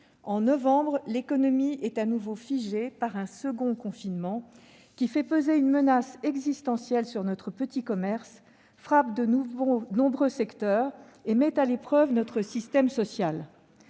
en novembre, l'économie est de nouveau figée par un second confinement, qui fait peser une menace existentielle sur notre petit commerce, frappe de nombreux secteurs et met à l'épreuve notre système social.